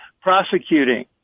prosecuting